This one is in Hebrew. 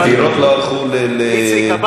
הדירות לא הלכו ל איציק,